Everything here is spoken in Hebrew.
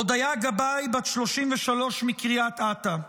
אודיה גבאי, בת 33, מקריית אתא,